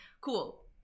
Cool